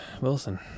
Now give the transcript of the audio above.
Wilson